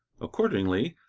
accordingly,